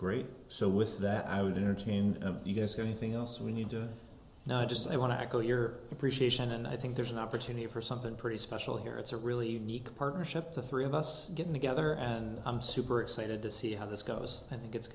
great so with that i would entertain you guess anything else we need to not just i want to echo your appreciation and i think there's an opportunity for something pretty special here it's a really unique partnership the three of us getting together and i'm super excited to see how this goes i think it's